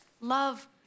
love